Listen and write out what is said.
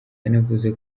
yanavuze